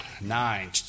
nine